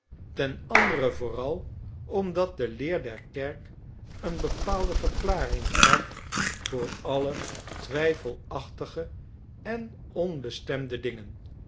ten andere vooral omdat de leer der kerk een bepaalde verklaring gaf voor alle twijfelachtige en onbestemde dingen